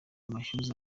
mashyuza